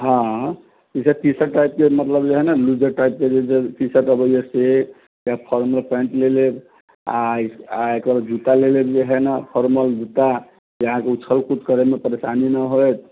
हँ T shirt type के मतलब जे है न लूज़र टाइप के ले लेब टीशर्ट अबैया से चाहे फॉर्मल पेन्ट ले लेब आ आ एकरबाद जूता ले लेब जे है न फॉर्मल जूता जे अहाँके ऊछल कूद करै मे परेशानी न होइत